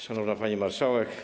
Szanowna Pani Marszałek!